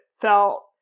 felt